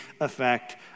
effect